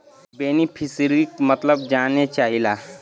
बेनिफिसरीक मतलब जाने चाहीला?